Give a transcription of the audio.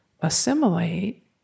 assimilate